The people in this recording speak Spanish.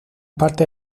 parte